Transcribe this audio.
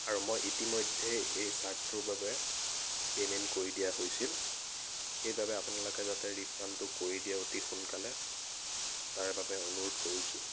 আৰু মই ইতিমধ্যে এই চাৰ্টটোৰ বাবে পে'মেণ্ট কৰি দিয়া হৈছিল সেইবাবে আপোনালোকে যাতে ৰিফাণ্ডটো কৰি দিয়া অতি সোনকালে তাৰ বাবে অনুৰোধ কৰিছোঁ